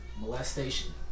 molestation